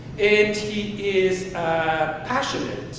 and he is a passionate,